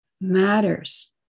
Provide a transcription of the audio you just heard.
matters